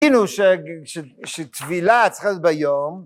כאילו שטבילה צריכה להיות ביום